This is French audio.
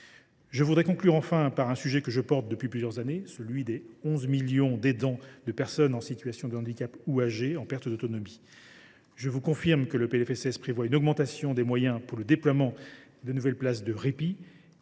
je souhaite conclure en évoquant un sujet que je porte depuis plusieurs années, celui des 11 millions d’aidants de personnes en situation de handicap ou âgées en perte d’autonomie. Je vous confirme que le PLFSS prévoit une augmentation des moyens pour le déploiement de nouvelles places de répit,